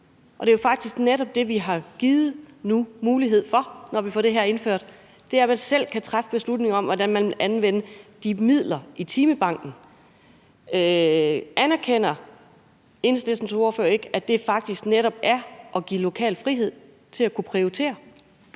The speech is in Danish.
Og det er jo faktisk netop det, vi nu har givet mulighed for, når vi får det her indført. Det er, at man selv kan træffe beslutninger om, hvordan man vil anvende de midler i timebanken. Anerkender Enhedslistens ordfører ikke, at det faktisk netop er at give lokal frihed til at kunne prioritere?